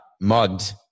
mugged